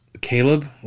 Caleb